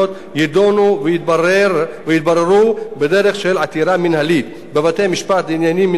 יידונו ויתבררו בדרך של עתירה מינהלית בבתי-המשפט לעניינים מינהליים,